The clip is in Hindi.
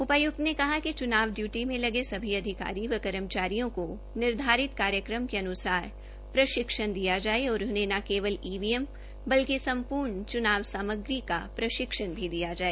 उपायुक्त ने कहा कि चुनाव ड्यूटी में लगे सभी अधिकारी व कर्मचारियों को निर्धारित कार्यक्रम अनुसार प्रशिक्षण दिया जाए और उन्हें न केवल ईवीएम व बल्कि संपूर्ण चुनाव सामग्री का प्रशिक्षण दिया जाए